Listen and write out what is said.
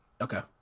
okay